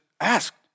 asked